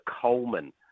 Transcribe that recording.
Coleman